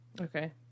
Okay